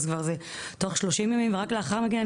אז עכשיו זה תוך שלושים ימים ורק לאחר מכן,